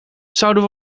zouden